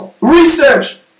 Research